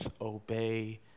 obey